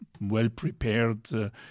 well-prepared